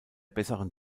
besseren